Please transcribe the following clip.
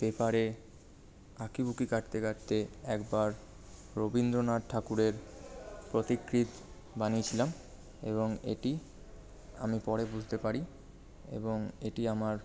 পেপারে আঁকিবুকি কাটতে কাটতে একবার রবীন্দ্রনাথ ঠাকুরের প্রতিকৃত বানিয়ে ছিলাম এবং এটি আমি পরে বুঝতে পারি এবং এটি আমার